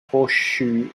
horseshoe